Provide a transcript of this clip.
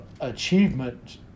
achievement